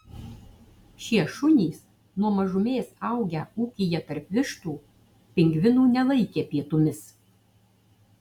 šie šunys nuo mažumės augę ūkyje tarp vištų pingvinų nelaikė pietumis